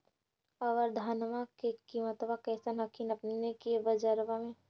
अबर धानमा के किमत्बा कैसन हखिन अपने के बजरबा में?